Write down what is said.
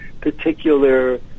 particular